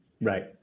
Right